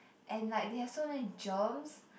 and like they have so many germs